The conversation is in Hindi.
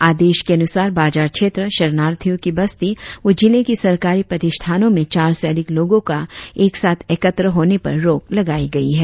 आदेश के अनुसार बाजार क्षेत्र शरणार्थियों की बस्ती व जिले के सरकारी प्रतिष्ठानों में चार से अधिक लोगों का एक साथ एकत्र होने पर रोक लगाई गई है